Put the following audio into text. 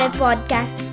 podcast